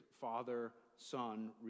father-son